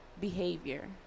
behavior